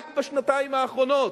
רק בשנתיים האחרונות,